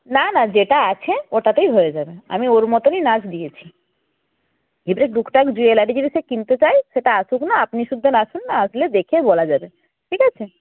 না না যেটা আছে ওটাতেই হয়ে যাবে আমি ওর মতনই নাচ দিয়েছি এদের দু এক টাইম জুয়েলারি যদি সে কিনতে চায় সেটা আসুক না আপনি শুদ্ধ আসুন আসলে দেখে বলা যাবে ঠিক আছে